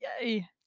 Yay